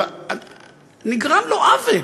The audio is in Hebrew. אבל נגרמו לו עוול